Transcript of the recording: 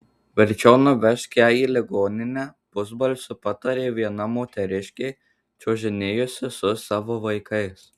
verčiau nuvežk ją į ligoninę pusbalsiu patarė viena moteriškė čiuožinėjusi su savo vaikais